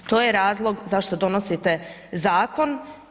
To je razlog zašto donosite zakon?